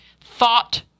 thought